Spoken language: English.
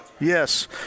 Yes